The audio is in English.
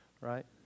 right